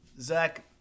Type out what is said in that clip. Zach